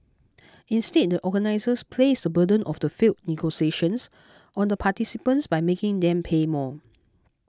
instead the organisers placed the burden of the failed negotiations on the participants by making them pay more